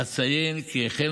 אציין כי החל